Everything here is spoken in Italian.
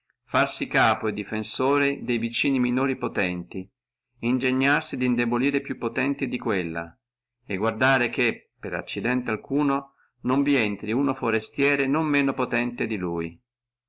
farsi capo e defensore de vicini minori potenti et ingegnarsi di indebolire e potenti di quella e guardarsi che per accidente alcuno non vi entri uno forestiere potente quanto lui